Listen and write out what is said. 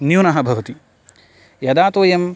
न्यूनः भवति यदा तु अयं